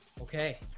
Okay